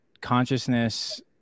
consciousness